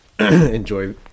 enjoy